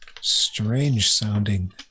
Strange-sounding